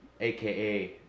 AKA